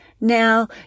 Now